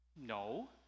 no